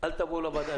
אל תבואו לוועדה,